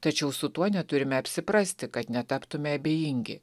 tačiau su tuo neturime apsiprasti kad netaptume abejingi